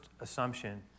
assumption